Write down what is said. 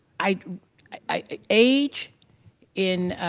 i i age in,